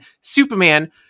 Superman